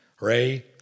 Ray